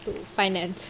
to finance